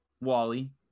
Wally